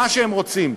מה שהם רוצים.